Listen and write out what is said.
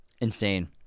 Insane